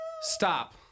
Stop